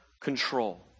control